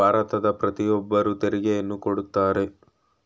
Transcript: ಭಾರತದ ಪ್ರತಿಯೊಬ್ಬರು ತೆರಿಗೆಯನ್ನು ಕೊಡುತ್ತಾರೆ